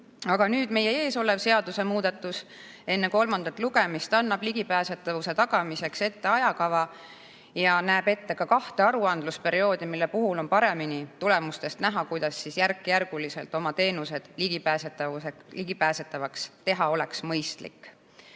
nüüd meie ees olev seadusemuudatus enne kolmandat lugemist annab ligipääsetavuse tagamiseks ette ajakava ja näeb ette ka kahte aruandlusperioodi, mille puhul on paremini tulemustest näha, kuidas oleks mõistlik järk-järgult oma teenused ligipääsetavaks teha. Siin